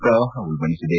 ಪ್ರವಾಹ ಉಲ್ಲಣಿಸಿದೆ